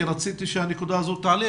כי רציתי שהנקודה הזאת תעלה,